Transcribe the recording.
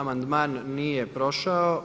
Amandman nije prošao.